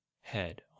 head